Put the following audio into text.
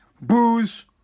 booze